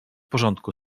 porządku